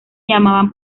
llamaban